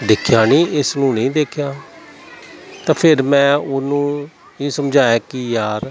ਦੇਖਿਆ ਨਹੀਂ ਇਸ ਨੂੰ ਨਹੀਂ ਦੇਖਿਆ ਤਾਂ ਫਿਰ ਮੈਂ ਉਹਨੂੰ ਇਹ ਸਮਝਾਇਆ ਕਿ ਯਾਰ